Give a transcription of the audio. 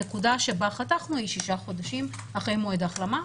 הנקודה שבה חתכנו היא שישה חודשים אחרי מועד ההחלמה.